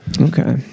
okay